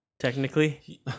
Technically